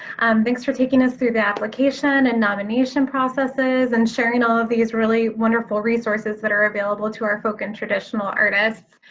thanks for taking us through the application and nomination processes and sharing all of these really wonderful resources that are available to our folk and traditional artists.